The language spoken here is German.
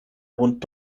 rund